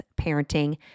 parenting